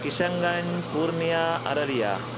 Kishan Ganj Purnia Araria